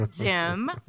Jim